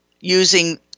using